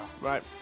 Right